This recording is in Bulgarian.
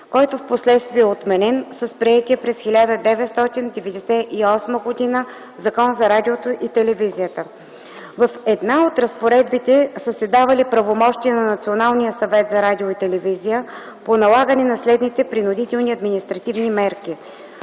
който впоследствие е отменен с приетия през 1998 г. Закон за радиото и телевизията. В една от разпоредбите са се давали правомощия на Националния съвет за радио и телевизия по налагане на следните принудителни административни мерки: